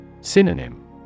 Synonym